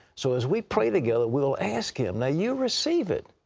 so, as we pray together, we'll ask him. now, you receive it.